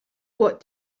what